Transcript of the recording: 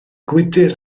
gwydr